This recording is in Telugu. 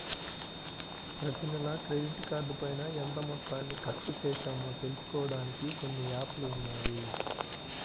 ప్రతినెలా క్రెడిట్ కార్డుపైన ఎంత మొత్తాన్ని ఖర్చుచేశామో తెలుసుకోడానికి కొన్ని యాప్ లు ఉన్నాయి